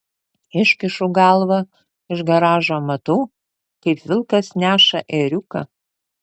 iškišu galvą iš garažo matau kaip vilkas neša ėriuką